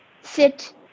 sit